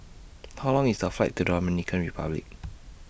How Long IS The Flight to Dominican Republic